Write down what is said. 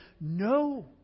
no